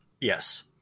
Yes